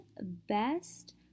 best